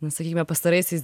na sakykime pastaraisiais